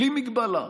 בלי מגבלה,